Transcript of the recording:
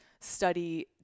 study